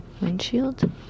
windshield